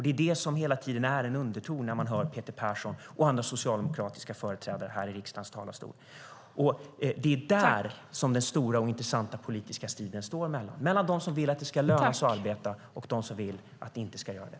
Det är hela tiden undertonen när man hör Peter Persson och andra socialdemokratiska företrädare i riksdagens talarstol. Den stora och intressanta politiska striden står mellan de som vill att det ska löna sig att arbeta och de som vill att det inte ska göra det.